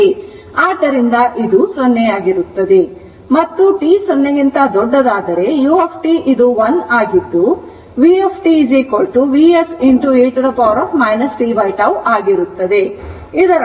ಆದ್ದರಿಂದ ಅದು 0 ಆಗಿರುತ್ತದೆ ಮತ್ತು t 0 ಕ್ಕಿಂತ ದೊಡ್ಡದಾದರೆ u 1 ಆಗಿದ್ದು vt Vs e t tτ ಆಗಿರುತ್ತದೆ